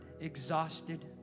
exhausted